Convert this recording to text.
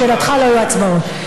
לשאלתך, לא יהיו הצבעות.